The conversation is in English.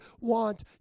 want